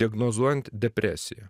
diagnozuojant depresiją